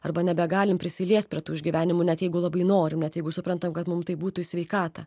arba nebegalim prisiliest prie tų išgyvenimų net jeigu labai norim net jeigu suprantam kad mum tai būtų į sveikatą